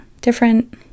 different